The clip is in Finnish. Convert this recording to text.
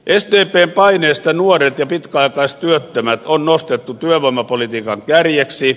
sdpn paineesta nuoret ja pitkäaikaistyöttömät on nostettu työvoimapolitiikan kärjeksi